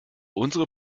unsere